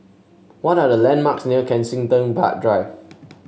what are the landmarks near Kensington Park Drive